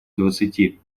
двадцати